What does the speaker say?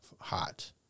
hot